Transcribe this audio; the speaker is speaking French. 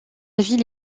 ville